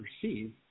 perceive